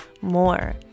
more